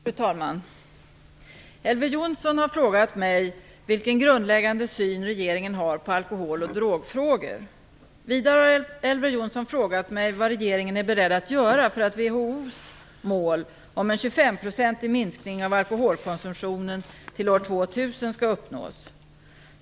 Fru talman! Elver Jonsson har frågat mig vilken grundläggande syn regeringen har på alkohol och drogfrågor. Vidare har Elver Jonsson frågat mig vad regeringen är beredd att göra för att WHO:s mål om skall uppnås.